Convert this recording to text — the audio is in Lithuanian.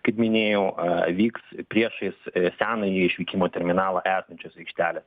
kaip minėjau vyks priešais senąjį išvykimo terminalą esančios aikštelės